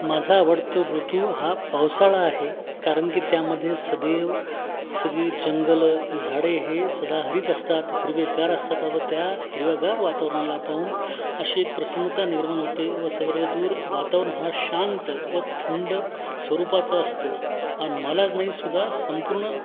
माझा आवडता ऋतू हा पावसाळा आहे कारण की त्यामध्ये सदैव सगळे जंगलं झाडे हे सदा हरित असतात हिरवे गार असतात व त्या हिरव्यागार वातावरणाला पाहून अशी एक प्रसन्नता निर्माण होते व सर्व दूर वातावरण हा शांत व थंड स्वरूपाचं असतो आणि मलाच नाही सुद्धा संपूर्ण